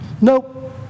nope